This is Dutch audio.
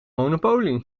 monopolie